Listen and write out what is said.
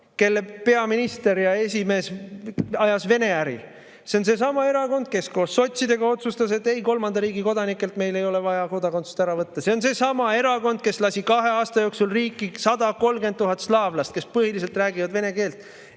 kelle peaminister ja esimees ajas Vene-äri. See on seesama erakond, kes koos sotsidega otsustas: ei, kolmanda riigi kodanikelt meil ei ole vaja kodakondsust ära võtta. See on seesama erakond, kes lasi kahe aasta jooksul riiki 130 000 slaavlast, kes põhiliselt räägivad vene keelt